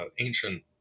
ancient